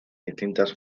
distintas